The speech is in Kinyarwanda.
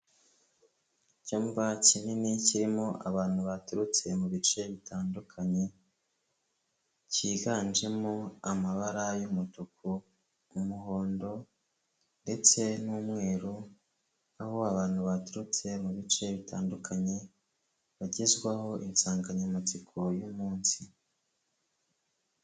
Icyumba kinini kirimo abantu baturutse mu bice bitandukanye, cyiganjemo amabara y'umutuku umuhondo ndetse n'umweru, aho abantu baturutse mu bice bitandukanye, bagezwaho insanganyamatsiko y'umunsi.